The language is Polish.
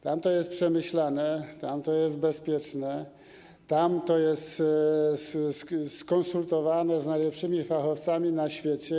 Tam to jest przemyślane, tam to jest bezpieczne, tam to jest skonsultowane z najlepszymi fachowcami na świecie.